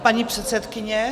Paní předsedkyně.